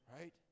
Right